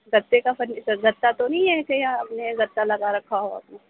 گتّے کا فرنیچر گتّا تو نہیں ہے ایسے ہی آپ نے گتّا لگا رکھا ہو آپ نے